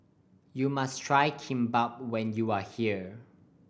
you must try Kimbap when you are here